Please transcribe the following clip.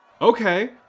Okay